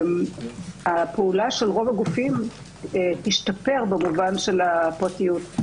הפעולה של רוב הגופים תשתפר במובן של הפרטיות.